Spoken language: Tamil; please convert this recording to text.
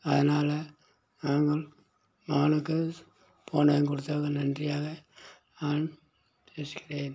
அதனால நாங்கள் ஆளுகஸ் போனை கொடுத்தவங்க நன்றியாக நான் பேசுகிறேன்